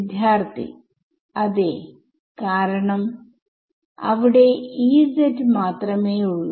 വിദ്യാർത്ഥി അതേ കാരണം അവിടെ മാത്രമേ ഉള്ളൂ